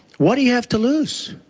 what do you have to lose?